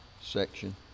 section